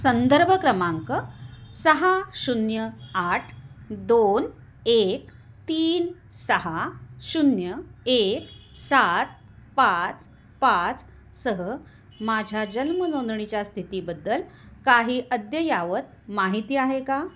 संदर्भ क्रमांक सहा शून्य आठ दोन एक तीन सहा शून्य एक सात पाच पाचसह माझ्या जन्म नोंदणीच्या स्थितीबद्दल काही अद्ययावत माहिती आहे का